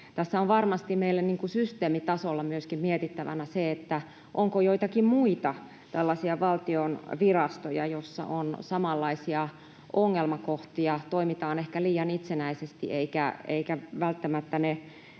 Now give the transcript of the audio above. Tässä on varmasti meille systeemitasolla mietittävänä myöskin se, onko joitakin muita tällaisia valtion virastoja, joissa on samanlaisia ongelmakohtia: toimitaan ehkä liian itsenäisesti, eivätkä välttämättä ne